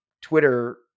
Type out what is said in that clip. Twitter